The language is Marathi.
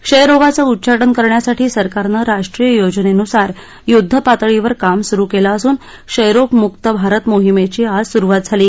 क्षयरोगाचं उच्चाटन करण्यासाठी सरकारनं राष्ट्रीय योजनेनुसार युद्ध पातळीवर काम सुरु केलं असून क्षयरोग मुक्त भारत मोहिमेची आज सुरुवात झाली